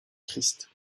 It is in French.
christ